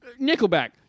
Nickelback